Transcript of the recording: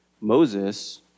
Moses